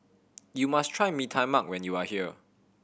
you must try Mee Tai Mak when you are here